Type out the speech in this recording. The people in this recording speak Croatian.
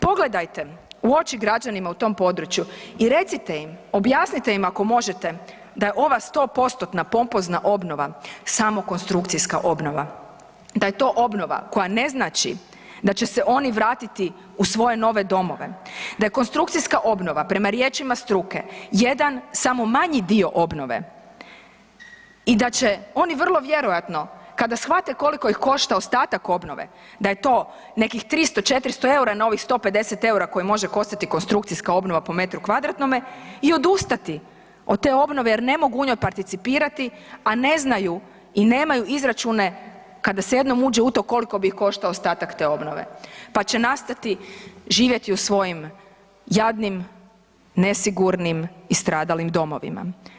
Pogledajte u oči građanima u tom području i recite im, objasnite im ako možete da ova 100%-tna pompozna samo konstrukcijska obnova, da je to obnova koja ne znači da će se oni vratiti u svoje nove domove, da je konstrukcijska obnova prema riječima struke jedan samo manji dio obnove i da će oni vrlo vjerojatno kada shvate koliko ih košta ostatak obnove, da je to nekih 300, 400 eura na ovih 150 eura koje može koštati konstrukcijska obnova po metru kvadratnome i odustati od te obnove jer ne mogu u njoj participirati, a ne znaju i nemaju izračune kada se jednom uđe u to koliko bi ih koštao ostatak te obnove, pa će nastati živjeti u svojim jadnim, nesigurnim i stradalim domovima.